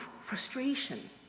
frustration